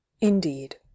indeed